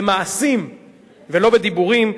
במעשים ולא בדיבורים,